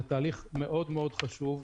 זה תהליך מאוד מאוד חשוב,